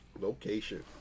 location